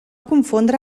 confondre